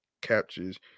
captures